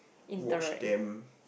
wash them